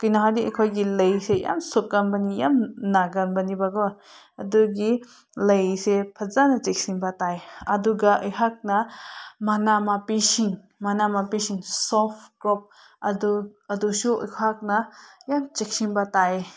ꯀꯩꯅꯣ ꯍꯥꯏꯔꯗꯤ ꯑꯩꯈꯣꯏꯒꯤ ꯂꯩꯁꯦ ꯌꯥꯝ ꯁꯣꯛꯀꯟꯕꯅꯤ ꯌꯥꯝ ꯅꯥꯒꯟꯕꯅꯤꯕꯀꯣ ꯑꯗꯨꯒꯤ ꯂꯩꯁꯦ ꯐꯖꯅ ꯆꯦꯛꯁꯤꯟꯕ ꯇꯥꯏ ꯑꯗꯨꯒ ꯑꯩꯍꯥꯛꯅ ꯃꯅꯥ ꯃꯄꯤꯁꯤꯡ ꯃꯅꯥ ꯃꯄꯤꯁꯤꯡ ꯁꯣꯐ ꯀ꯭ꯔꯣꯞ ꯑꯗꯨ ꯑꯗꯨꯁꯨ ꯑꯩꯍꯥꯛꯅ ꯌꯥꯝ ꯆꯦꯛꯁꯤꯟꯕ ꯇꯥꯏ